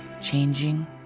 changing